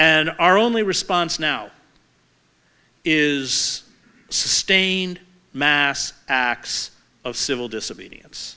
and our only response now is sustained mass acts of civil disobedience